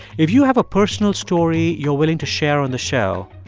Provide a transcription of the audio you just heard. if you have a personal story you're willing to share on the show,